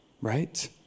right